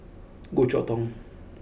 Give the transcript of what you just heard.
Goh Chok Tong